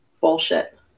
bullshit